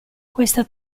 questa